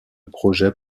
projets